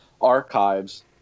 archives